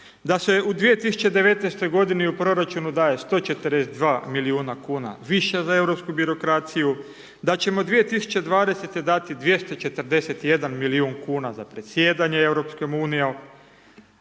da se u 2019. godini u proračunu daje 142 milijuna kuna više za europsku birokraciju, da ćemo 2020. dati 241 milijun kuna za predsjedanje